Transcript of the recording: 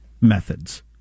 methods